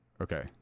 okay